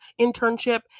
internship